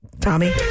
Tommy